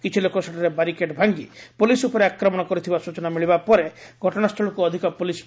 କିଛି ଲୋକ ସେଠାରେ ବାରିକେଡ୍ ଭାଙ୍ଗି ପୁଲିସ ଉପରେ ଆକ୍ରମଣ କରିଥିବା ସୂଚନା ମିଳିବା ପରେ ଘଟଣାସ୍ଥୁଳକୁ ଅଧିକ ପ୍ରଲିସ ଫୋର୍ସ ପଠାଯାଇଛି